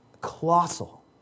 colossal